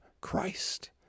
Christ